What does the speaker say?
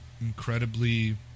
incredibly